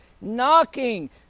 knocking